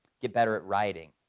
get better at writing?